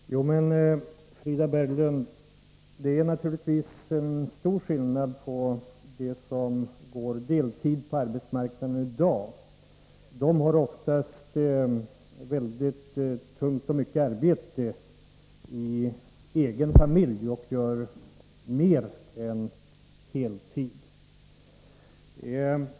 Herr talman! Det är, Frida Berglund, naturligtvis en helt annan situation för dem som arbetar deltid i dag. De har oftast mycket och tungt arbete i egen familj och arbetar totalt mer än heltid.